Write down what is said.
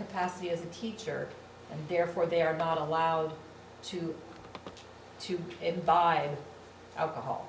capacity as a teacher and therefore they're about allowed to do it by alcohol